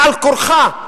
בעל-כורחה,